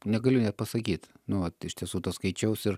negaliu net pasakyti nu vat iš tiesų to skaičiaus ir